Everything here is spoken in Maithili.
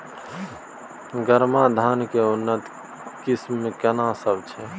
गरमा धान के उन्नत किस्म केना सब छै?